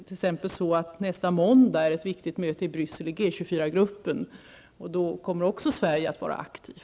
Nästa måndag är det t.ex. ett viktigt möte i Bryssel med G 24-gruppen, och då kommer Sverige också att vara aktivt.